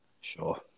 Sure